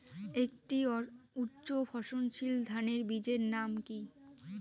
একটি উচ্চ ফলনশীল ধানের বীজের নাম কী?